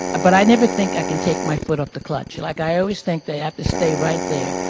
but i never think i can take my foot off the clutch, like i always think they have to stay right there,